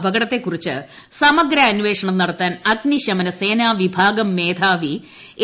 അപകടത്തെക്കുറിച്ച് സമഗ്ര അന്വേഷണം നടത്താൻ അഗ്നിശമന സേന വിഭാഗം മേധാവി എ